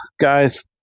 guys